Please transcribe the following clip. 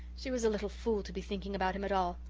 she was a little fool to be thinking about him at all.